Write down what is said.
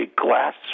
glass